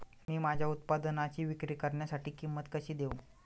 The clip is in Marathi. मी माझ्या उत्पादनाची विक्री करण्यासाठी किंमत कशी देऊ?